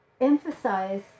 emphasize